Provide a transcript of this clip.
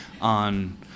on